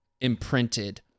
imprinted